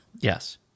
Yes